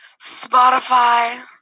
Spotify